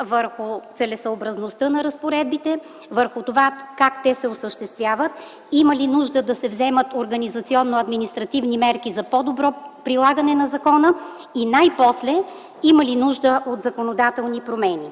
върху целесъобразността на разпоредбите, върху това как те се осъществяват, има ли нужда да се вземат организационно-административни мерки за по-добро прилагане на закона и най-после – има ли нужда от законодателни промени.